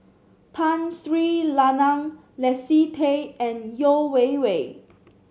Tun Sri Lanang Leslie Tay and Yeo Wei Wei